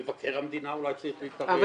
מבקר המדינה אולי צריך להתערב,